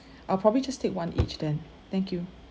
I'll probably just take one each then thank you